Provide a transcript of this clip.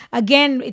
again